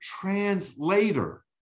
translator